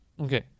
Okay